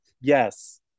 Yes